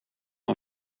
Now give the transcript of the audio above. een